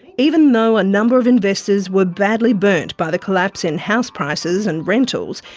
even though a number of investors were badly burnt by the collapse in house prices and rentals,